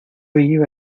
iba